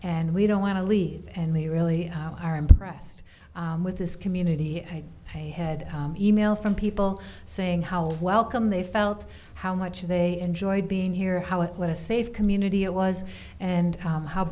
and we don't want to leave and we really are impressed with this community head e mail from people saying how welcome they felt how much they enjoyed being here how it what a safe community it was and